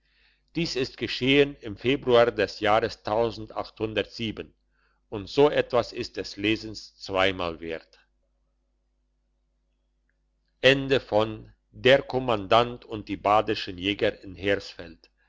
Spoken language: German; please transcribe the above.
dies ist geschehen im februar des jahres und so etwas ist des lesens zweimal wert der betrogene krämer ein rubel ist in